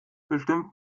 bestimmt